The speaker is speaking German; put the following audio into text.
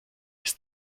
ist